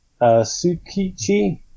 Sukichi